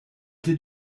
did